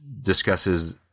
discusses